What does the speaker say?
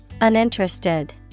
Uninterested